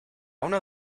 uno